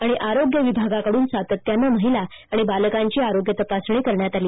तसेच आरोग्य विभागाकडून सातत्याने महिला आणि बालकांची आरोग्य तपासणी करण्यात आली